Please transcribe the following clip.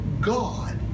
God